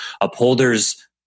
Upholders